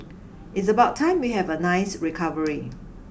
it's about time we have a nice recovery